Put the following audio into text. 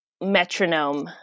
metronome